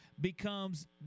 becomes